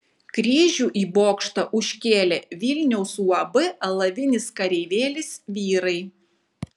kryžių į bokštą užkėlė vilniaus uab alavinis kareivėlis vyrai